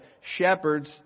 shepherds